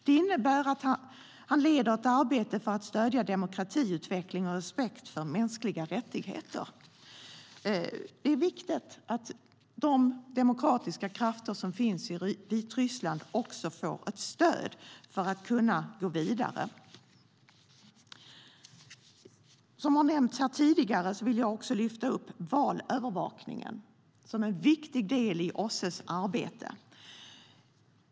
Det innebär att han leder ett arbete för att stödja demokratiutveckling och respekt för mänskliga rättigheter. Det är viktigt att de demokratiska krafter som finns i Vitryssland också får ett stöd för att kunna gå vidare. Jag vill också ta upp valövervakningen, som har nämnts här tidigare. Den är en viktig del i OSSE:s arbete.